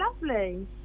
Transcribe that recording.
lovely